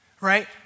right